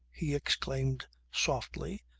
he exclaimed softly.